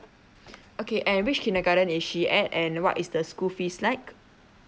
okay and which kindergarten is she at and what is the school fees like